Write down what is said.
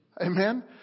Amen